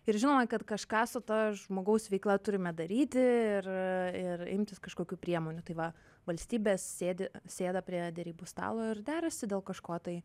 ir žinom kad kažką su ta žmogaus veikla turime daryti ir ir imtis kažkokių priemonių tai va valstybės sėdi sėda prie derybų stalo ir derasi dėl kažko tai